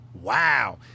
Wow